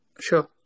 Sure